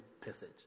passage